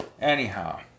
anyhow